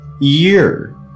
year